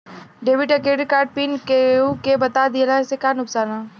Debit या credit card PIN केहूके बता दिहला से का नुकसान ह?